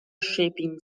shaping